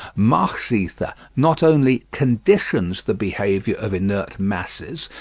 mach's ether not only conditions the behaviour of inert masses,